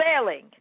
sailing